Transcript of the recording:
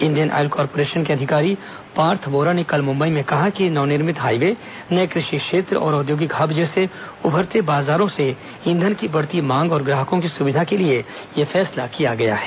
Indian oil corporation के अधिकारी पार्थ योरा ने कल मुम्बई में कहा कि नव निर्मित हाइवे नए कृषि क्षेत्र और औद्योगिक हब जैसे उभरते बाजारों से ईंधन की बढ़ती मांग और ग्राहकों की सुविधा के लिए यह फैसला किया गया है